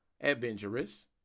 adventurous